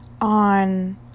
on